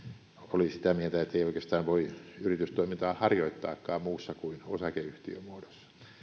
oli sitä mieltä että ei oikeastaan voi yritystoimintaa harjoittaakaan muussa kuin osakeyhtiömuodossa